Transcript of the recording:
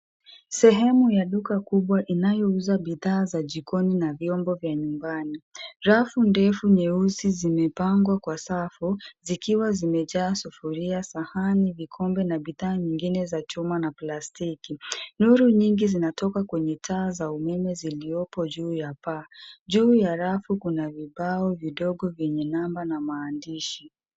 Sehemu ya duka kubwa inayouza bidhaa za jikoni na vyombo vya nyumbani. Rafu ndefu nyeusi zimepangwa kwa safu, zikiwa zimejaa sufuria, sahani , vikombe na bidhaa nyingine za chuma na plastiki. Nuru nyingi zinatoka kwenye taa za umeme ziliopo juu ya paa. Juu ya rafu kuna vibao vidogo vyenye namba na maandishi.